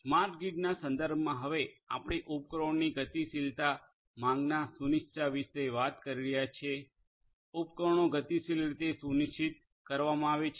smart ગ્રીડના સંદર્ભમાં હવે આપણે ઉપકરણોની ગતિશીલ માંગના સુનિશ્ચિતતા વિશે વાત કરી રહ્યા છીએ ઉપકરણો ગતિશીલ રીતે સુનિશ્ચિત કરવામાં આવે છે